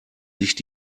licht